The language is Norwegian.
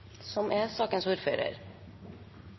som er